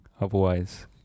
otherwise